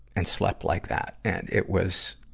and slept like that. and it was,